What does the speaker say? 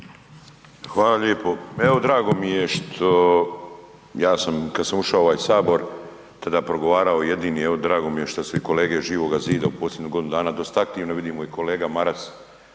Hvala lijepo. Evo drago mi je što ja sam kada sam ušao u ovaj Sabor tada progovarao jedini, evo drago mi je što su i kolege Živoga zida u posljednjih godinu dana dosta aktivni. Vidimo i kolega Maras